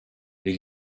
les